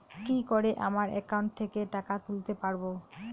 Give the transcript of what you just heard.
কি করে আমার একাউন্ট থেকে টাকা তুলতে পারব?